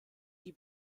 die